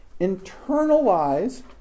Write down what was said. internalize